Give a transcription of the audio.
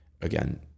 again